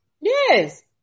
Yes